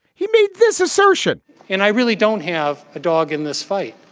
he made this assertion and i really don't have a dog in this fight.